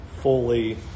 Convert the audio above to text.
fully